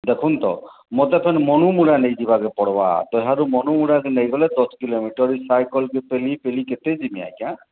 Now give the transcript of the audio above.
ଦେଖୁନ ତ ମୋତେ ଫେର୍ ମନୁ ମୁଡ଼ା ନେଇ ଯିବାକେ ପଡ଼ବା ତ ହେରୁ ମନୁ ମୁଡ଼ାକେ ନେଇଗଲେ ଦଶ କିଲୋମିଟର୍ ସାଇକେଲ୍କେ ପେଲି ପେଲି କେତେ ଯିବି ଆଜ୍ଞା